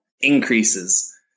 increases